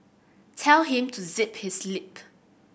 tell him to zip his lip